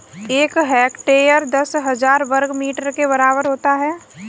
एक हेक्टेयर दस हजार वर्ग मीटर के बराबर होता है